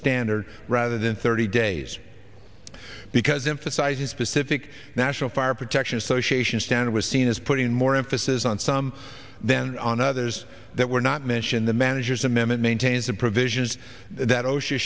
standard rather than thirty days because emphasizing specific national fire protection association standard was seen as putting more emphasis on some then on others that were not mentioned the manager's amendment maintains the provisions that o